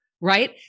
right